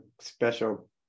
special